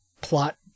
plot